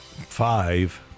Five